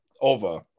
Over